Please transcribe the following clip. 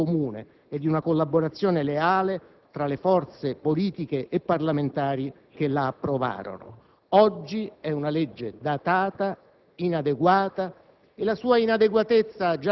Tuttavia è stato il risultato di un impegno comune e di una collaborazione leale tra le forze politiche e parlamentari che la approvarono. Oggi è una legge datata,